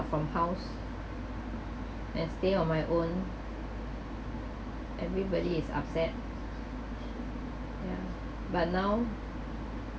from house and stay on my own everybody is upset ya but now